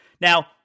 now